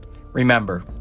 Remember